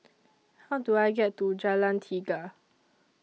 How Do I get to Jalan Tiga